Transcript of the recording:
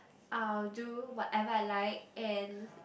I'll do whatever I like and